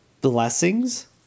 blessings